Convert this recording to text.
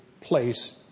place